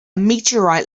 meteorite